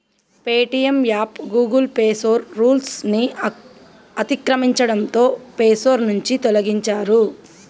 Paytm app Google play store rules ని అతిక్రమించడంతో play store నుంచి తొలగించారు